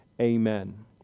amen